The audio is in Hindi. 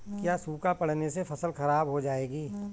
क्या सूखा पड़ने से फसल खराब हो जाएगी?